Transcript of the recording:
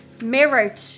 mirrored